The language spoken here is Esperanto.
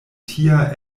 tia